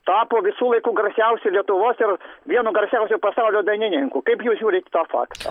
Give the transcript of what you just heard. tapo visų laikų garsiausiu lietuvos ir vienu garsiausių pasaulio dainininkų kaip jūs žiūrit į tą faktą